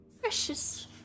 precious